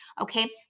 Okay